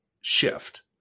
shift